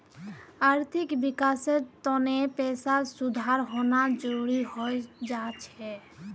आर्थिक विकासेर तने पैसात सुधार होना जरुरी हय जा छे